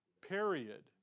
period